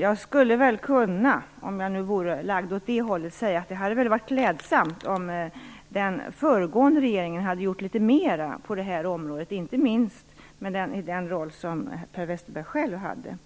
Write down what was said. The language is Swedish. Jag skulle kunna, om jag vore lagd åt det hållet, säga att det hade varit klädsamt om den föregående regeringen hade gjort litet mera på det här området - inte minst med tanke på den roll som Per Westerberg själv hade.